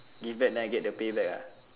give back then I get the pay back ah